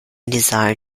desire